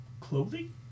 clothing